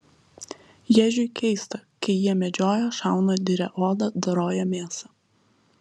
ježiui keista kai jie medžioja šauna diria odą doroja mėsą